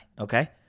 Okay